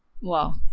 Wow